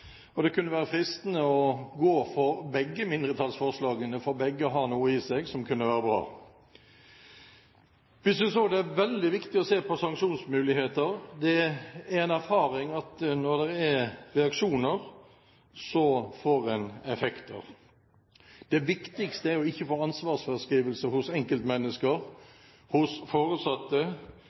opp. Det kunne være fristende å gå for begge mindretallsforslagene, for begge har noe i seg som kunne være bra. Vi synes også det er veldig viktig å se på sanksjonsmuligheter. Det er en erfaring at når det er reaksjoner, får en effekter. Det viktigste er å ikke få ansvarsfraskrivelse hos enkeltmennesker – hos